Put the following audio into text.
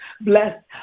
bless